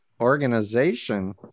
Organization